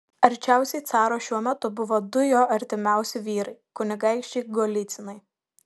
arčiausiai caro šiuo metu buvo du jo artimiausi vyrai kunigaikščiai golycinai